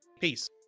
Peace